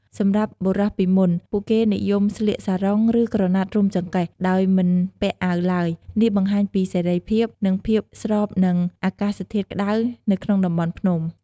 សម្រាប់បុរស:ពីមុន ពួកគេនិយមស្លៀក សារុង ឬ ក្រណាត់រុំចង្កេះ ដោយមិនពាក់អាវឡើយ។ នេះបង្ហាញពីសេរីភាព និងភាពស្របទៅនឹងអាកាសធាតុក្តៅនៅក្នុងតំបន់ភ្នំ។